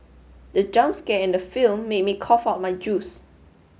the jump scare in the film made me cough out my juice